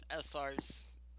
SR's